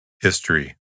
History